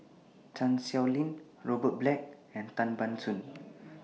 Chan Sow Lin Robert Black and Tan Ban Soon